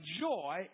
joy